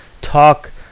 talk